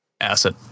asset